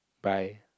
by